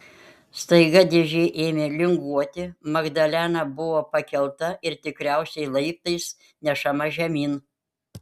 staiga dėžė ėmė linguoti magdalena buvo pakelta ir tikriausiai laiptais nešama žemyn